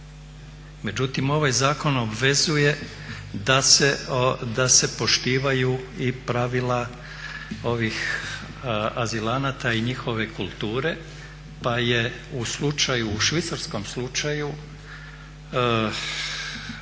Međutim, ovaj zakon obvezuje da se poštivaju i pravila ovih azilanata i njihove kulture pa je u slučaju,